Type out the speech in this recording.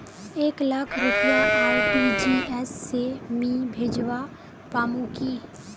एक लाख रुपया आर.टी.जी.एस से मी भेजवा पामु की